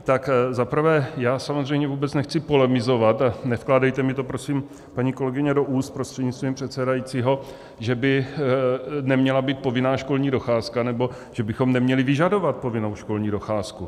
Za prvé samozřejmě vůbec nechci polemizovat, a nevkládejte mi to prosím, paní kolegyně, do úst, prostřednictvím pana předsedajícího, že by neměla být povinná školní docházka nebo že bychom neměli vyžadovat povinnou školní docházku.